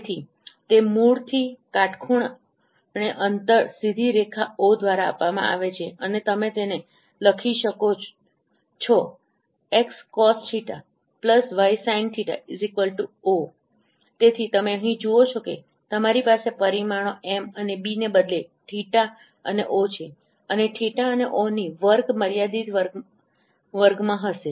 તેથી તે મૂળથી કાટખૂણે અંતર સીધી રેખા ઓહρ દ્વારા આપવામાં આવે છે અને તમે તેને લખી શકો છો xcosθ ysinθ ρ તેથી તમે અહીં જુઓ છો કે તમારી પાસે પરિમાણો એમ અને બીને બદલે થીટાθ અને ઓહρ છે અને થીટાθ અને ઓહρની વર્ગ મર્યાદિત વર્ગમાં હશે